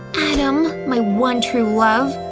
adam. my one true love.